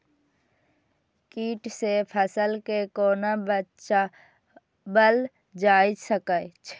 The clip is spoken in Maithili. कीट से फसल के कोना बचावल जाय सकैछ?